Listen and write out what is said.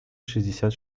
шестьдесят